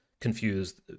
confused